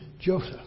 Joseph